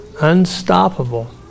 Unstoppable